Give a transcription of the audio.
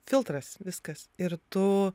filtras viskas ir tu